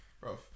bro